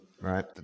right